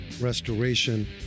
restoration